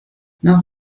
nach